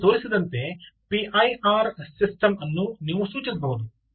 ಈಗ ಇಲ್ಲಿ ತೋರಿಸಿದಂತೆ ಪಿಐಆರ್ ಸಿಸ್ಟಮ್ ಅನ್ನು ನೀವು ಸೂಚಿಸಬಹುದು